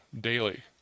daily